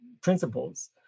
principles